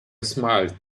smiled